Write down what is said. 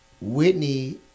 Whitney